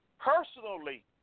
Personally